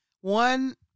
one